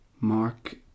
Mark